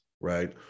right